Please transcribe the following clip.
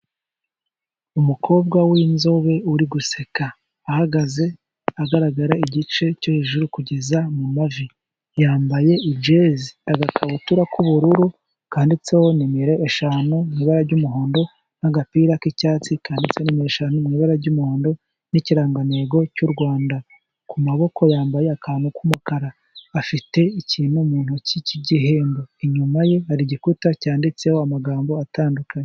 Umukobwa w'inzobe uri guseka, ahagaze agaragara igice cyo hejuru kugeza mu mumavi, yambaye jezi agakabutura k'ubururu kanditseho nimero eshanu mu ibara ry'umuhondo, n'agapira k'icyatsi kanditse nimero eshanu mu ibara ry'umuhondo, n'ikirangantego cy'u Rwanda, ku maboko yambaye akantu k'umukara, afite ikintu mu ntoki cy'igihembe, inyuma ye hari igikuta cyanditseho amagambo atandukanye.